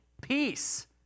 peace